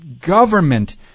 government